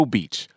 Beach